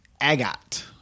Agat